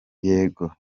yego